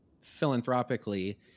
philanthropically